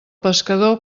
pescador